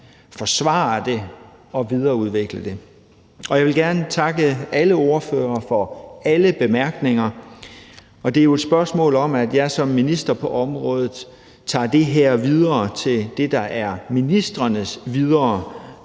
forsvare det og videreudvikle det. Og jeg vil gerne takke alle ordførere for alle bemærkninger. Det er jo et spørgsmål om, at jeg som minister på området tager det her videre til det, der er ministrenes videre